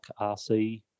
RC